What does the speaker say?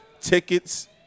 Tickets